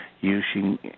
using